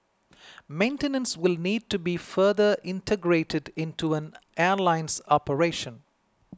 maintenance will need to be further integrated into an airline's operation